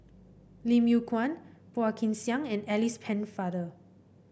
Lim Yew Kuan Phua Kin Siang and Alice Pennefather